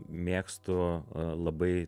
mėgstu labai